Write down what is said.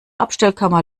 abstellkammer